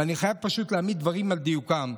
ואני חייב פשוט להעמיד דברים על דיוקם.